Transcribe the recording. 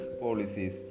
policies